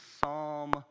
Psalm